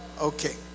okay